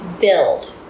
build